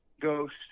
ghost